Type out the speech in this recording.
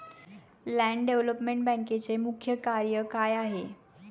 Land development बँकेचे मुख्य कार्य काय आहे?